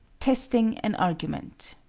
testing an argument